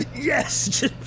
Yes